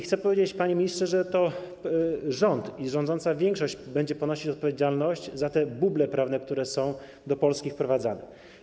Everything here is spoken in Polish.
Chcę powiedzieć, panie ministrze, że to rząd i rządząca większość będzie ponosić odpowiedzialność za te buble prawne, które są w Polsce wprowadzane.